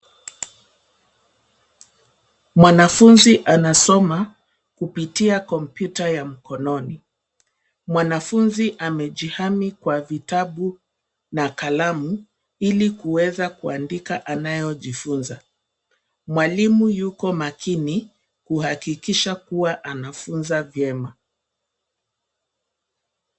Mwanafunzi anasoma kupitia kompyuta ya mkononi. Mwanafunzi amejihami kwa vitabu na kalamu ili kuweza kuandika anayojifunza. Mwalimu yuko makini kuhakikisha kuwa anafunza vyema.